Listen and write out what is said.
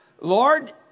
Lord